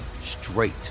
straight